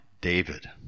David